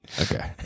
Okay